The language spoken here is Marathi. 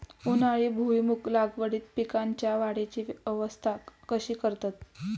उन्हाळी भुईमूग लागवडीत पीकांच्या वाढीची अवस्था कशी करतत?